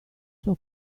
suo